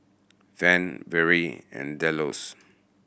Van Vere and Delos